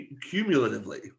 cumulatively